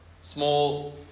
small